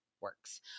works